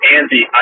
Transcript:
Andy